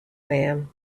man